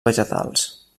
vegetals